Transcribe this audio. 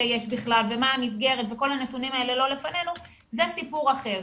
יש בכלל ומה המסגרת וכל הנתונים האלה לא לפנינו זה סיפור אחר.